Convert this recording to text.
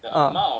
uh